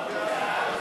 להוסיף,